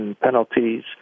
penalties